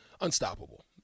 unstoppable